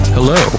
Hello